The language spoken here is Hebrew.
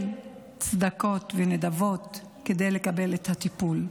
צדקות ונדבות כדי לקבל את הטיפול.